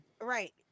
right